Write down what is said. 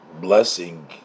blessing